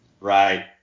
right